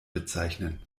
bezeichnen